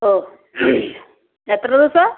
ഓഹ് എത്ര ദിവസമാണ്